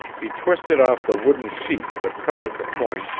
he twisted off the wooden sheath that covered the point,